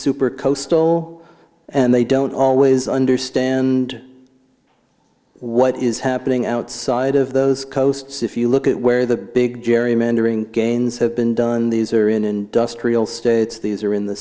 super coastal and they don't always understand what is happening outside of those coasts if you look at where the big gerrymandering gains have been done these are in industrial states these are in the